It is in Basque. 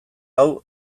hau